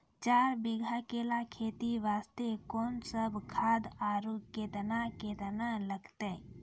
चार बीघा केला खेती वास्ते कोंन सब खाद आरु केतना केतना लगतै?